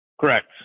Correct